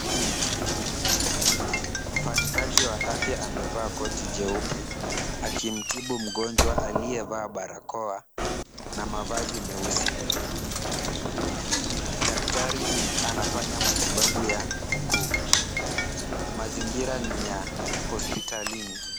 Mfanyikazi wa afya amevaa koti jeupe, akimtibu mgonjwa aliyevaa barakoa na mavazi meusi. Daktari anafanya matibabu ya mguu. Mazingira ni ya hospitalini.